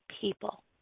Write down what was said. people